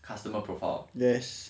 customer profile